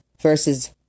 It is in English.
versus